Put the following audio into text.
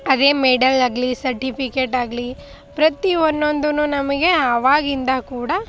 ಅದೇ ಮೆಡಲ್ ಆಗಲಿ ಸರ್ಟಿಫಿಕೇಟ್ ಆಗಲಿ ಪ್ರತಿ ಒನ್ನೊಂದೂ ನಮಗೆ ಅವಾಗಿಂದ ಕೂಡ